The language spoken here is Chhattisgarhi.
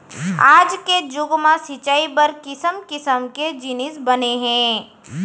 आज के जुग म सिंचई बर किसम किसम के जिनिस बने हे